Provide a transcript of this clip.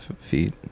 feet